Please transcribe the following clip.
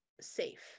safe